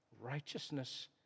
Righteousness